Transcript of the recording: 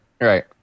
Right